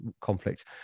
conflict